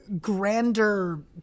grander